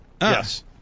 Yes